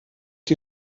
die